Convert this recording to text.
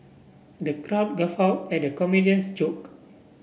the crowd guffaw at comedian's joke